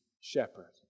shepherd